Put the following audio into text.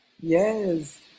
Yes